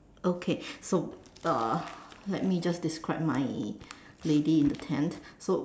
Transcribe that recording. okay so uh let me just describe my lady in the tent so